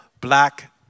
black